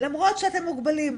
למרות שאתם מוגבלים,